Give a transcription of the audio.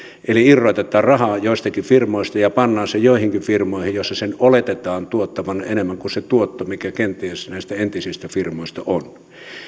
eli irrotetaan rahaa joistakin firmoista ja pannaan se joihinkin firmoihin joissa sen oletetaan tuottavan enemmän kuin mitä on se tuotto mikä kenties näistä entisistä firmoista on